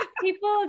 people